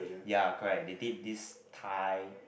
ya correct they did this Thai